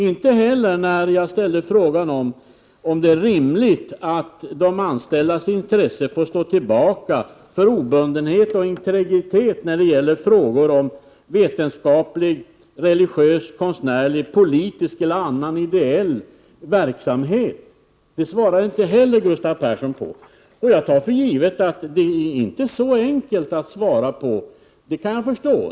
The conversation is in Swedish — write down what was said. Inte heller svarade han på frågan, om det är rimligt att de anställdas intresse får stå tillbaka för obundenhet och integritet när det gäller frågor om vetenskaplig, religiös, konstnärlig, politisk eller annan ideell verksamhet. Jag tar för givet att det inte är så enkelt att svara på det — det kan jag förstå.